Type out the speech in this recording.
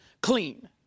clean